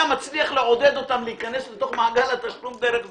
אם אתה מצליח לעודד אותם להיכנס לתוך מעגל התשלום דרך זה,